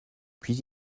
puis